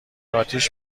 آتیش